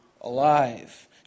alive